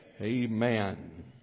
Amen